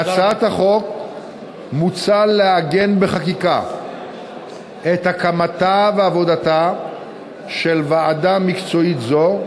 בהצעת החוק מוצע לעגן בחקיקה את הקמתה ועבודתה של ועדה מקצועית זו,